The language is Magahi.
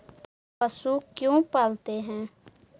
पशु क्यों पालते हैं?